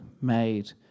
made